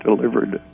delivered